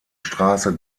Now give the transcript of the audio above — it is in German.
straße